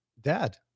Dad